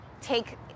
take